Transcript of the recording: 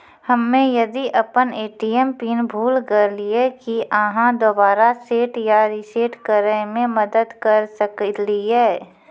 हम्मे यदि अपन ए.टी.एम पिन भूल गलियै, की आहाँ दोबारा सेट या रिसेट करैमे मदद करऽ सकलियै?